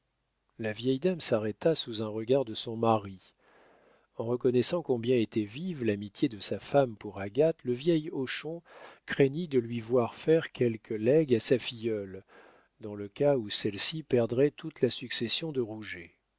la vieille dame s'arrêta sous un regard de son mari en reconnaissant combien était vive l'amitié de sa femme pour agathe le vieil hochon craignit de lui voir faire quelques legs à sa filleule dans le cas où celle-ci perdrait toute la succession de